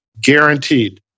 Guaranteed